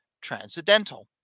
transcendental